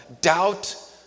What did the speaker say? Doubt